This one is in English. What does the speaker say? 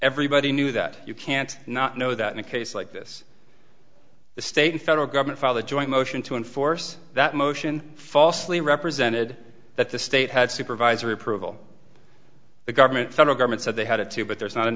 everybody knew that you can't not know that in a case like this the state and federal government file the joint motion to enforce that motion falsely represented that the state had supervisory approval the government federal government said they had it too but there's not an